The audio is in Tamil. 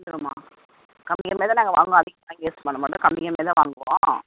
வந்துரும்மா கம்மி கம்மியாக தான் நாங்கள் வாங்குவோம் அதிகமாக வாங்கி யூஸ் பண்ண மாட்டோம் கம்மி கம்மியாக தான் வாங்குவோம்